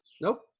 Nope